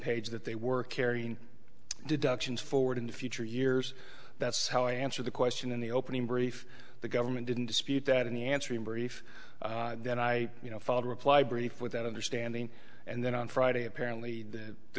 page that they were carrying deductions forward into future years that's how i answer the question in the opening brief the government didn't dispute that in the answer in brief that i you know followed reply brief with that understanding and then on friday apparently that the